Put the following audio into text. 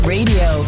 Radio